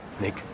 Nick